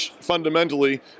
fundamentally